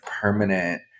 permanent